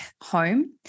home